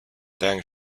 deng